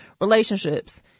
relationships